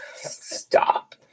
stop